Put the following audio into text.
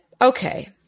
okay